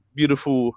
beautiful